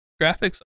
graphics